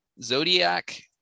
Zodiac